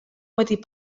petit